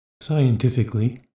Scientifically